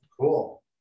Cool